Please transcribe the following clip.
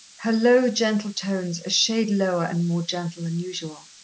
her low, gentle tones a shade lower and more gentle than usual.